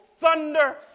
thunder